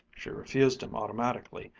she refused him automatically,